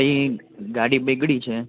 અહી ગાડી બગળી છે